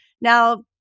Now